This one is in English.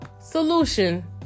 solution